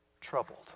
troubled